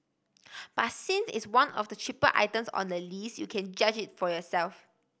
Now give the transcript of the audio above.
but since it's one of the cheaper items on the list you can judge it for yourself